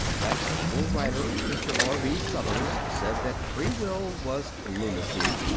that able writer mr. r b suthers said that free will was lunacy,